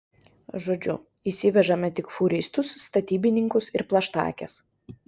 žodžiu įsivežame tik fūristus statybininkus ir plaštakes